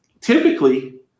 typically